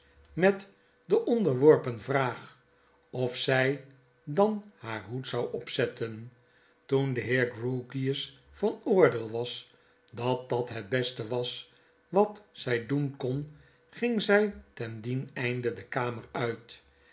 met de onderworpen vraag of zij dan haar hoed zou opzetten toen de heer grewgious van oordeel was dat dat het beste was wat zij doen kon ging zy ten dien einde de kamer uit